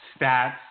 stats